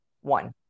One